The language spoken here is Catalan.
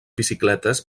bicicletes